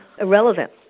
irrelevant